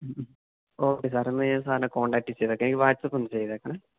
മ് മ് okay sir എന്നാല് ഞാൻ സാറിനെ കോൺടാക്ട് ചെയ്തേക്കാം എനിക്ക് വാട്സാപ്പ് ഒന്നു ചെയ്തേക്കണം